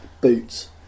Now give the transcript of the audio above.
boots